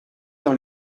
dans